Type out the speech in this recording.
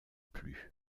plus